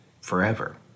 forever